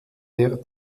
der